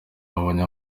babonye